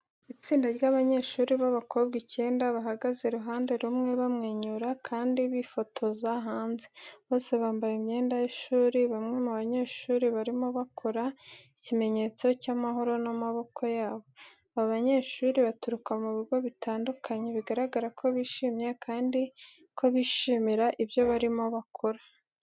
Itsinda ry'abanyeshuri b'abakobwa icyenda bahagaze iruhande rumwe bamwenyura kandi bifotoza hanze. Bose bambaye imyenda y'ishuri. Bamwe mu banyeshuri barimo bakora ikimenyetso cy'amahoro n'amaboko yabo, aba banyeshuri baturuka ku bigo bitandukanye. Bagaragara ko bishimye, kandi ko bishimira ibyo barimo bakora.